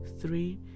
Three